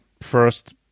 first